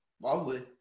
Lovely